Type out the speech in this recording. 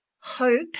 hope